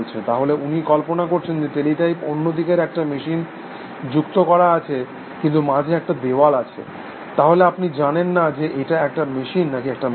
তাহলে উনি কল্পনা করছেন যে টেলিটাইপ অন্যদিকের একটা মেশিনে যুক্ত করা আছে কিন্তু মাঝে একটা দেওয়াল আছে তাহলে আপনি জানেন না যে এটা একটা মেশিন নাকি একটা মানুষ